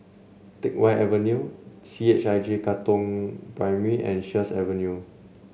Teck Whye Avenue C H I J Katong Primary and Sheares Avenue